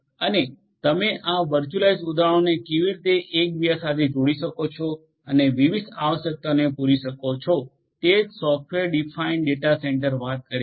અને તમે આ વર્ચ્યુઅલાઇઝ્ડ ઉદાહરણોને કેવી રીતે એકબીજા સાથે જોડી શકો છો અને વિશિષ્ટ આવશ્યકતાઓને પૂરી કરી શકો છો તે જ સોફ્ટવેર ડિફાઇન ડેટા સેન્ટર વાત કરે છે